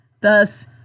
thus